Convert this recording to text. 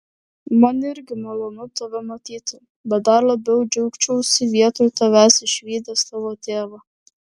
man irgi malonu tave matyti bet dar labiau džiaugčiausi vietoj tavęs išvydęs tavo tėvą